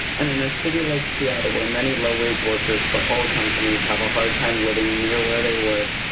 and in a city like seattle, where many low-wage workers for all companies have a hard time living near where they work.